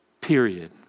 period